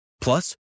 Plus